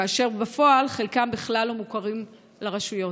כאשר בפועל חלקם בכלל לא מוכרים לרשויות?